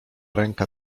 ręka